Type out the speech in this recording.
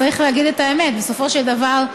צריך להגיד את האמת: בסופו של דבר,